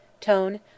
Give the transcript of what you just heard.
Tone